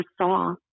saw